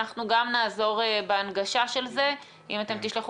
אנחנו גם נעזור בהנגשה של זה אם תשלחו